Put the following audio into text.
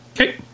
Okay